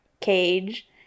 cage